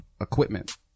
equipment